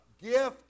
gift